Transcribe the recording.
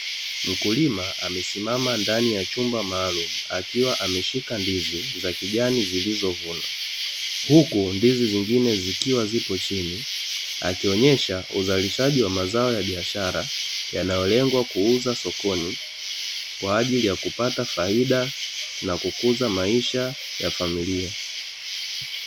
Mkulima amesimama ndani ya chumba maalumu akiwa ameshika ndizi za kijani zilizovunwa, huku ndizi zingine zikiwa zipo chini akionyesha uzalishaji wa mazao ya biashara yanayolengwa kuuza sokoni kwa ajili ya kupata faida na kukuza maisha ya familia.